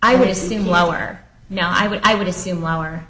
i would assume lower now i would i would assume lower